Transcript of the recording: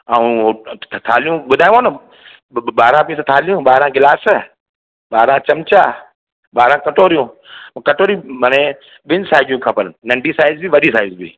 ऐं थालियूं ॿुधायांव न ॿ ॿारहं पीअ थालियूं ॿारहं गिलास ॿारहं चिमिचा ॿारहं कटोरियूं ऐं कटोरियूं मने ॿिनि साइज जूं खपनि नंढी साइज बि वॾी साइज बि